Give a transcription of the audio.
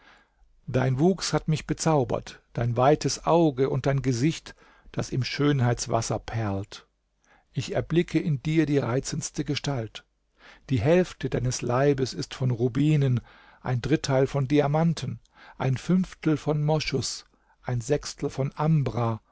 dein wuchs hat mich bezaubert dein weites auge und dein gesicht das im schönheitswasser perlt ich erblicke in dir die reizendste gestalt die hälfte deines leibes ist von rubinen ein dritteil von diamanten ein fünftel von moschus ein sechstel von ambra